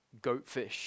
goatfish